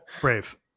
brave